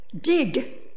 dig